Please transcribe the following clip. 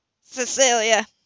Cecilia